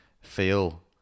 feel